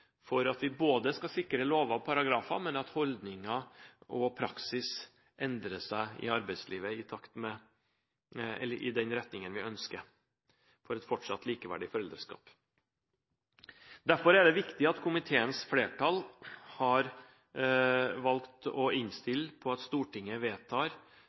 både for å sikre lover og paragrafer og for at holdninger og praksis i arbeidslivet endrer seg i den retningen vi ønsker for et fortsatt likeverdig foreldreskap. Derfor er det viktig at komiteens flertall har valgt å innstille på at Stortinget vedtar